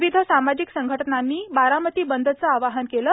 विविध सामाजिक संघटनांनी बारामती बंदचं आवाहन केलं